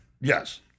Yes